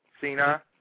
Cena